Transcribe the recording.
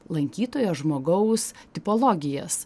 lankytojo žmogaus tipologijas